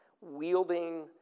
wielding